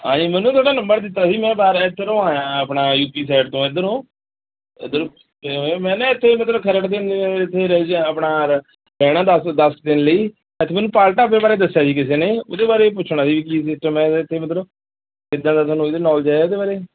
ਹਾਂਜੀ ਮੈਨੂੰ ਤੁਹਾਡਾ ਨੰਬਰ ਦਿੱਤਾ ਸੀ ਮੈਂ ਬਾਹਰ ਇੱਥੇ ਤੋਂ ਆਇਆਂ ਆਪਣਾ ਯੂ ਪੀ ਸਾਈਡ ਤੋਂ ਐਧਰੋਂ ਇੱਧਰ ਅਤੇ ਮੈਂ ਨਾ ਇੱਥੇ ਮਤਲਬ ਖਰੜ ਦੇ ਨੇੜ ਇੱਥੇ ਆਪਣਾ ਰਹਿਣਾ ਦਸ ਦਸ ਕੁ ਦਿਨ ਲਈ ਇੱਥੇ ਮੈਨੂੰ ਪਾਲ ਢਾਬੇ ਬਾਰੇ ਦੱਸਿਆ ਜੀ ਕਿਸੇ ਨੇ ਉਹਦੇ ਬਾਰੇ ਪੁੱਛਣਾ ਸੀ ਵੀ ਕੀ ਸਿਸਟਮ ਹੈ ਇੱਥੇ ਮਤਲਬ ਕਿੱਦਾਂ ਦਾ ਤੁਹਾਨੂੰ ਇਹਦੀ ਨੌਲੇਜ ਹੈ ਇਹਦੇ ਬਾਰੇ